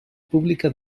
pública